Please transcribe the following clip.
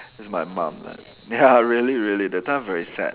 it's my mum lah ya really really that time very sad